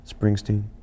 Springsteen